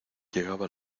llegaba